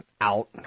out